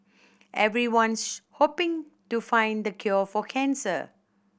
everyone's hoping to find the cure for cancer